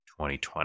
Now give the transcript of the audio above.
2020